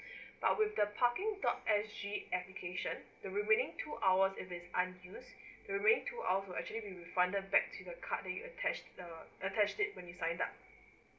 while with the parking dot S_G application the remaining two hours if is unused the remaining two hours will actually be refunded back to the card that you attached the attached it when you sign up